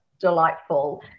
delightful